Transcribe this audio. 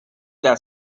that